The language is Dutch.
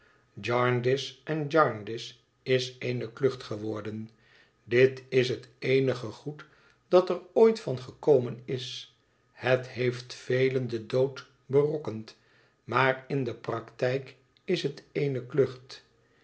jarndyce en jarndyce is eene klucht geworden dit is het eenige goed dat er ooit van gekomen is het heeft velen den dood berokkend maar in de praktijk is het eene klucht